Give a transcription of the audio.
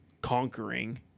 conquering